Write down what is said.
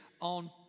on